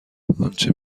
انچه